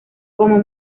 como